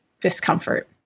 discomfort